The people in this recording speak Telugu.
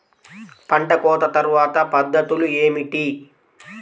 పంట కోత తర్వాత పద్ధతులు ఏమిటి?